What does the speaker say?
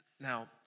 Now